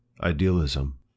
Idealism